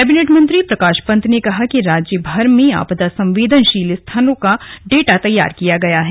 cabinet मंत्री प्रकाश पंत ने कहा कि राज्य भर में आपदा संवेदनशील स्थलों का डाटा तैयार किया गया है